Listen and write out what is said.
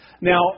Now